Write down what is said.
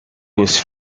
was